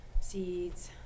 seeds